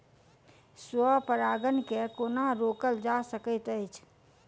स्व परागण केँ कोना रोकल जा सकैत अछि?